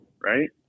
right